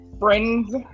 friends